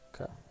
Okay